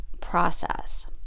process